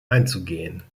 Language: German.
einzugehen